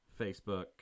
Facebook